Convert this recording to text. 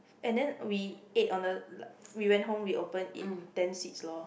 and then we ate on the we went home we open eat ten seeds lor